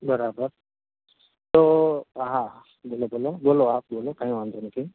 બરાબર તો હા બોલો બોલો બોલો આપ બોલો કંઈ વાંધો નથી